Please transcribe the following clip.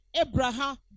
Abraham